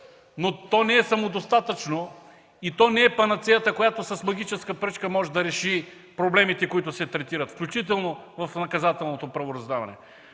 но то не е самодостатъчно и не е панацеята, която с магическа пръчка може да реши проблемите, които се третират, включително в наказателното правораздаване.